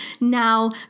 now